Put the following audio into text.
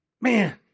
man